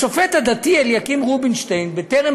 השופט הדתי אליקים רובינשטיין אמר טרם